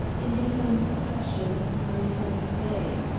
in his own possession night and day.